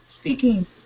speaking